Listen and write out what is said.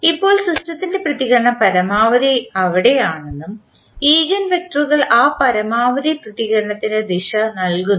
ഇപ്പോൾ സിസ്റ്റത്തിൻറെ പ്രതികരണം പരമാവധി എവിടെയാണെന്നും ഈഗൻവെക്ടറുകൾ ആ പരമാവധി പ്രതികരണത്തിൻറെ ദിശ നൽകുന്നു